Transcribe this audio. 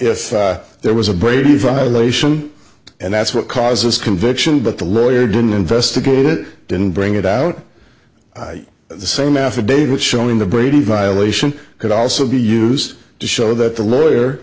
there was a brady violation and that's what caused this conviction but the lawyer didn't investigate it didn't bring it out the same affidavit showing the brady violation could also be used to show that the lawyer